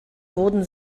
wurden